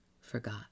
forgot